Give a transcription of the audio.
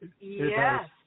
Yes